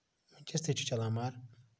ؤنکیٚس تہِ چھُ چَلان مَگر